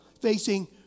facing